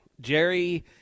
Jerry –